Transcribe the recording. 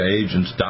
agents